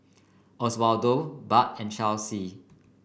Oswaldo Bart and Chelsey